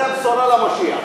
זו הבשורה למשיח.